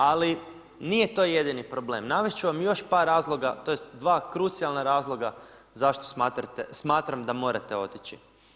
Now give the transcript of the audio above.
Ali nije to jedini problem, navesti ću vam još par razloga, tj. dva krucijalna razloga zašto smatram da morate otići.